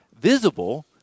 visible